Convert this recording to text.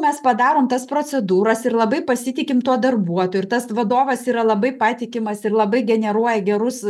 mes padarom tas procedūras ir labai pasitikim tuo darbuotoju ir tas vadovas yra labai patikimas ir labai generuoja gerus